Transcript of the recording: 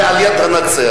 שזה על יד נצרת,